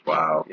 Wow